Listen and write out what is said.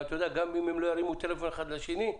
גם אם הם לא ירימו טלפון אחר לשני,